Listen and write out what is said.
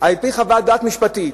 על-פי חוות דעת משפטית,